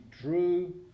drew